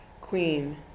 Queen